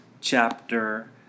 chapter